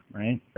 right